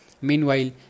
Meanwhile